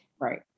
Right